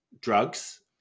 drugs